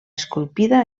esculpida